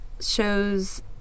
shows